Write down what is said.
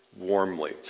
warmly